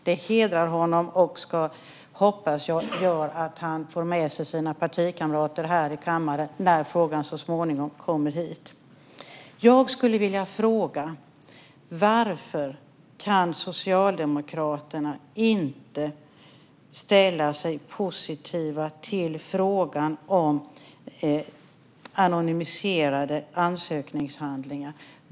Det hedrar honom och ska, hoppas jag, göra att han får med sig sina partikamrater här i kammaren när frågan så småningom kommer hit. Jag skulle vilja fråga: Varför kan Socialdemokraterna inte ställa sig positiva till frågan om anonymiserade ansökningshandlingar?